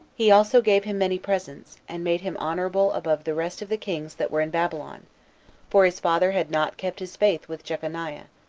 he also gave him many presents, and made him honorable above the rest of the kings that were in babylon for his father had not kept his faith with jeconiah,